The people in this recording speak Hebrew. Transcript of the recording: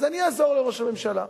אז אני אעזור לראש הממשלה.